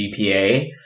GPA